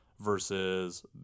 versus